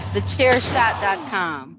Thechairshot.com